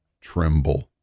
tremble